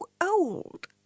old